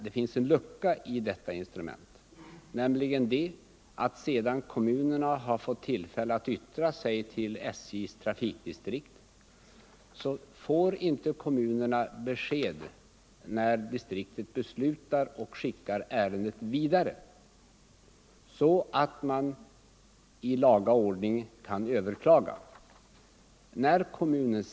Det finns en lucka i det instrumentet, nämligen den att efter det att kommunerna har yttrat sig till SJ:s trafikdistrikt får de inte något besked om distriktets beslut utan ärendet går vidare. Därför kan kommunerna inte överklaga i laga ordning.